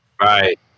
right